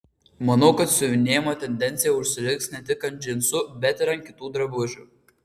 manau kad siuvinėjimo tendencija užsiliks ne tik ant džinsų bet ir ant kitų drabužių